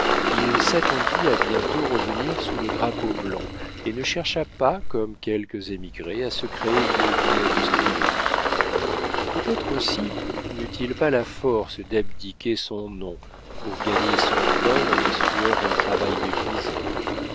il s'attendit à bientôt revenir sous le drapeau blanc et ne chercha pas comme quelques émigrés à se créer une vie industrieuse peut-être aussi n'eut-il pas la force d'abdiquer son nom pour gagner son pain dans les sueurs d'un travail méprisé